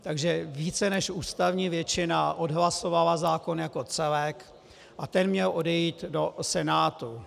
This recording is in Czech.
Takže více než ústavní většina odhlasovala zákon jako celek a ten měl odejít do Senátu.